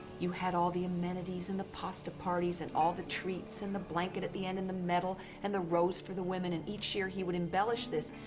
you had all the amenities and the pasta parties and all treats and the blanket at the end and the medal and the rose for the women. and each year he would embellish this.